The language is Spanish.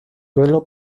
duelo